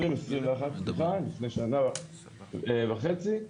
לפני שנה וחצי,